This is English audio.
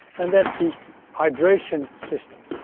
and that's the hydration system.